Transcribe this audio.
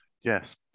Yes